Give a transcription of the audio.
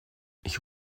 ich